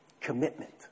Commitment